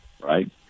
Right